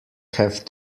have